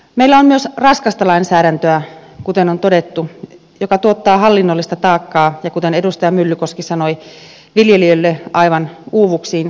meillä on myös raskasta lainsäädäntöä kuten on todettu joka tuottaa hallinnollista taakkaa ja kuten edustaja myllykoski sanoi viljelijöille aivan uuvuksiin saakka